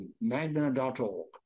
magna.org